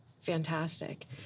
Fantastic